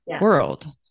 world